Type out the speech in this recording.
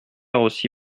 aussi